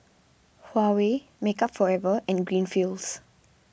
Huawei Makeup Forever and Greenfields